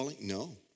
No